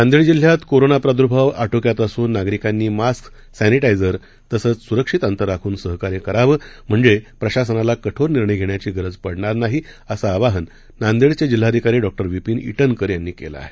नांदेड जिल्ह्यात कोरोना प्रादुर्भाव आटोक्यात असून नागरिकांनी मास्क सॅनिटायझर तसंच सुरक्षित अंतर राखून सहकार्य करावं म्हणजे प्रशासनाला कठोर निर्णय घेण्याची गरज पडणार नाही आवाहन नांदेडचे जिल्हाधिकारी डॉ विपिन ईटनकर यांनी केलं आहे